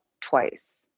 twice